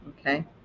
okay